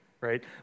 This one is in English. right